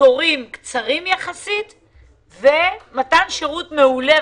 תורים קצרים יחסית ומתן שירות מעולה.